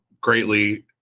greatly